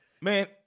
man